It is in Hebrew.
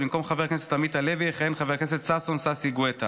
במקום חבר הכנסת עמית הלוי יכהן חבר הכנסת אביחי בוארון.